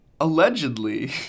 Allegedly